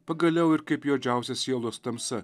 pagaliau ir kaip juodžiausia sielos tamsa